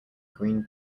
green